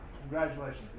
Congratulations